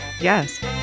Yes